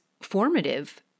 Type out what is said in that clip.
formative